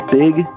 Big